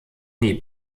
nie